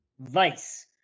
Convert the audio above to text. Vice